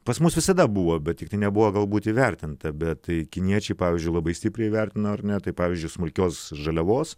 pas mus visada buvo bet tiktai nebuvo galbūt įvertinta bet kiniečiai pavyzdžiui labai stipriai vertino ar ne taip pavyzdžiui smulkios žaliavos